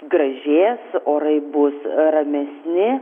gražės orai bus ramesni